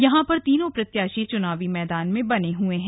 यहां पर तीनों प्रत्याशी चुनाव मैदान में बने हैं